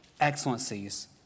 excellencies